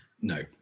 No